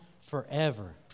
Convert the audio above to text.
Forever